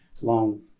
long